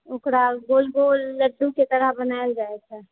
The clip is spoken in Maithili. ओकरा गोल गोल लड्डू के तरह बनायल जाइ छै